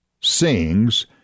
sings